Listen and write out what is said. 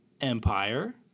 Empire